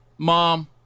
Mom